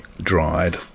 dried